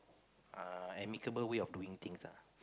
uh amicable way of doing things ah